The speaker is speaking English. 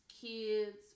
kids